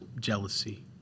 jealousy